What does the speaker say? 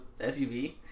SUV